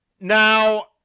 Now